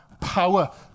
power